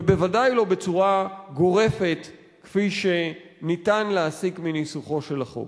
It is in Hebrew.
ובוודאי לא בצורה גורפת כפי שניתן להסיק מניסוחו של החוק.